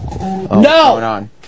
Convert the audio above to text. No